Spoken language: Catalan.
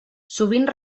sovint